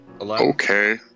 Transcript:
Okay